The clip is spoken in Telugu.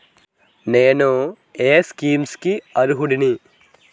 నేను ఏ స్కీమ్స్ కి అరుహులను?